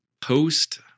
Post